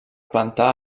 plantar